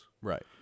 Right